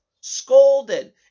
scolded